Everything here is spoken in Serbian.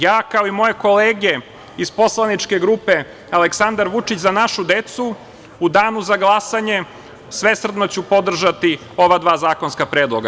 Ja, kao i moje kolege iz poslaničke grupe Aleksandar Vučić – Za našu decu, u danu za glasanje svesrdno ću podržati ova dva zakonska predloga.